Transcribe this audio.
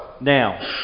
Now